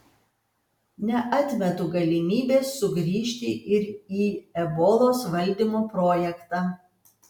neatmetu galimybės sugrįžti ir į ebolos valdymo projektą